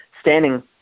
standing